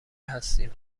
هستیم